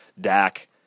Dak